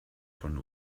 von